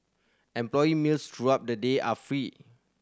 employee meals throughout the day are free